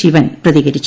ശിവൻ പ്രതികരിച്ചു